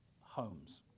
homes